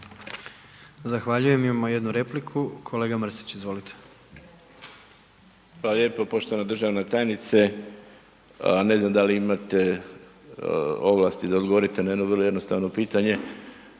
Zahvaljujem imamo jednu repliku, kolega Mrsić izvolite. **Mrsić, Mirando (Demokrati)** Hvala lijepo, poštovana državna tajnice ne znam da li imate ovlasti da odgovorite na jedno vrlo jednostavno pitanje.